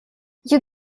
you